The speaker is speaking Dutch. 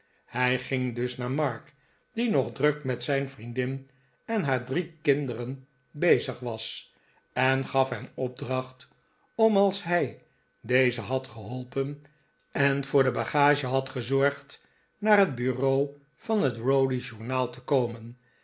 hij ging dus naar mark die nog druk met zijn vriendin en haar drie kinderen bezig was en gaf hem opdracht om als hij deze had geholpen en voor de bagage had gezorgd naar het bureau van het rowdy journal te komen